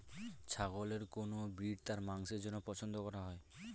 ছাগলের কোন ব্রিড তার মাংসের জন্য পছন্দ করা হয়?